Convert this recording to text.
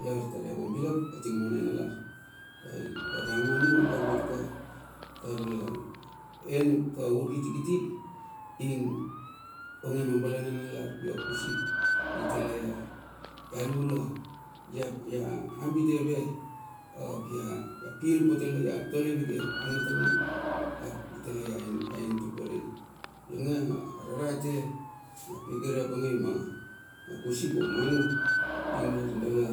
Lar tar ia vambilak atinge ma nanalar, lar a manula vot ka tar la en a urkiti kiti ing onge ma bala na nanalar. Pi apusi, i tale ia lula, ia ambit eve ap ia pil pote la. ia tole vike ana taning, ap itale ia en tuperei. longe ararate a pikire pauki ma pusi omanu dala